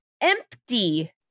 empty